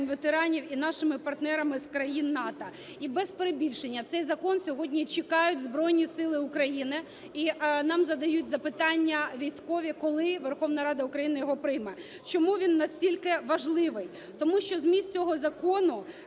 ветеранів і нашими партнерами з країн НАТО. І, без перебільшення, цей закон сьогодні чекають Збройні Сили України і нам задають запитання військові коли Верховна Рада України його прийме. Чому він настільки важливий? Тому що зміст цього закону